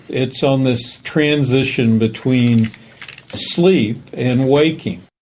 it's on this transition between sleep and waking.